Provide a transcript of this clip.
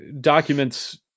Documents